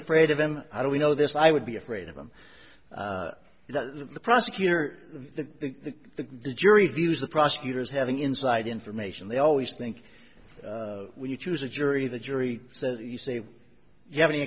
afraid of him i don't we know this i would be afraid of him the prosecutor the jury views the prosecutors having inside information they always think when you choose a jury the jury says you say you have any